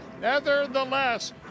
nevertheless